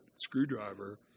screwdriver